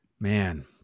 man